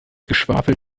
geschwafel